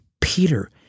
Peter